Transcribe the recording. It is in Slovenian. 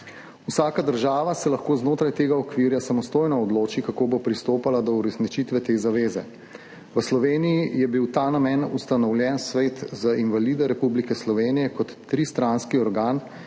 Vsaka država se lahko znotraj tega okvira samostojno odloči, kako bo pristopala do uresničitve te zaveze. V Sloveniji je bil v ta namen ustanovljen Svet za invalide Republike Slovenije kot tristranski organ,